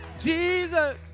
Jesus